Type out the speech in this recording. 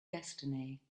destiny